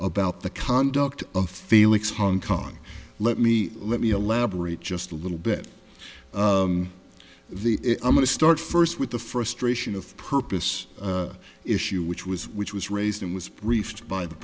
about the conduct of felix hong kong let me let me elaborate just a little bit the i'm going to start first with the frustration of purpose issue which was which was raised and was b